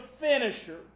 finisher